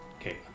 Okay